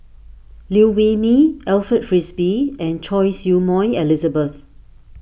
Liew Wee Mee Alfred Frisby and Choy Su Moi Elizabeth